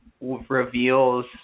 reveals